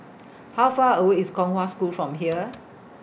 How Far away IS Kong Hwa School from here